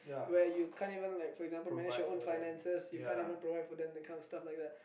where you can't even like for example manage your own finances you can't even provide for them that kind of stuff like that